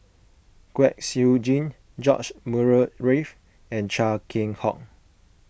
Kwek Siew Jin George Murray Reith and Chia Keng Hock